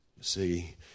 See